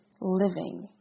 living